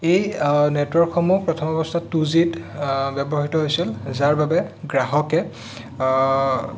এই নেটৱৰ্কসমূহ প্ৰথম অৱস্থাত টো জিত ব্যৱহৃত হৈছিল যাৰ বাবে গ্ৰাহকে